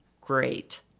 great